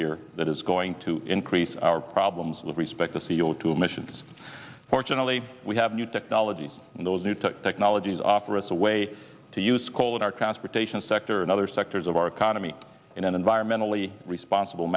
here that is going to increase our problems with respect to c o two emissions fortunately we have new technologies and those new technologies offer us a way to use coal in our transportation sector and other sectors of our economy in an environmentally responsible